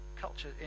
culture